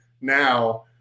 now